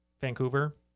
vancouver